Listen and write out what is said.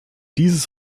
dieses